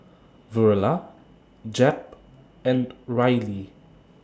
Verla Jep and Rylie